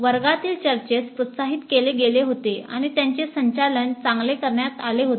वर्गातील चर्चेस प्रोत्साहित केले गेले होते आणि त्यांचे संचालन चांगले करण्यात आले होते